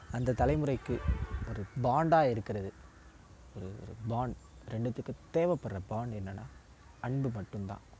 அந்த தலைமுறைக்கு ஒரு பாண்டாக இருக்குறது ஒரு ஒரு பாண்ட் ரெண்டுத்துக்கு தேவைப்பட்ற பாண்ட் என்னென்னா அன்பு மட்டும் தான்